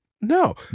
no